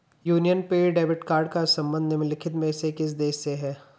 Union pay debit card का संबंध निम्नलिखित में से किस देश से है?